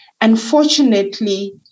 Unfortunately